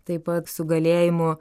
taip pat su galėjimu